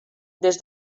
des